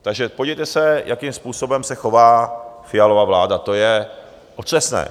Takže podívejte se, jakým způsobem se chová Fialova vláda, to je otřesné.